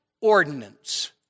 ordinance